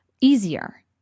easier